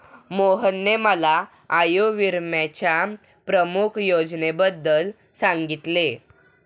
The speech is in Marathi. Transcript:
मोहनने मला आयुर्विम्याच्या प्रमुख योजनेबद्दल सांगितले